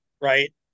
right